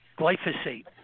glyphosate